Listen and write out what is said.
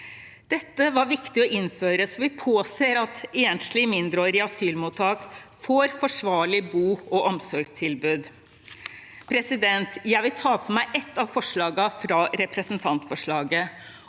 Dette var viktig å innføre, så vi påser at enslige mindreårige i asylmottak får et forsvarlig bo- og omsorgstilbud. Jeg vil ta for meg et av forslagene i representantforslaget,